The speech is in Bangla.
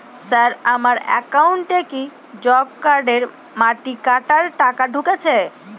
স্যার আমার একাউন্টে কি জব কার্ডের মাটি কাটার টাকা ঢুকেছে?